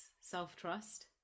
self-trust